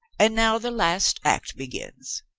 and now the last act begins.